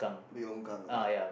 big longkang like that